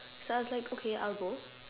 so I was like okay I'll go